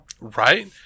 Right